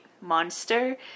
monster